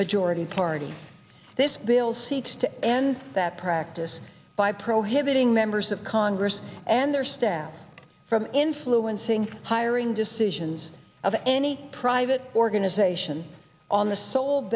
majority party this bill seeks to end that practice by prohibiting members of congress and their staff from influencing hiring decisions of any private organization on the sol